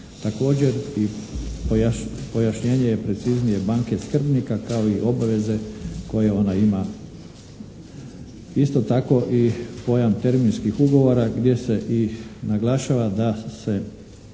Također i pojašnjenje je preciznije banke skrbnika kao i obveze koje ona ima. Isto tako i pojam terminskih ugovora gdje se i naglašava da se